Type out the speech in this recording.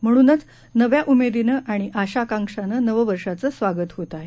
म्हणूनच नव्या उमेदीनं आणि आशा आकांक्षानं नवं वर्षाचं स्वागत होत आहे